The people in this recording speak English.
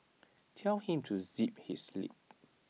tell him to zip his lip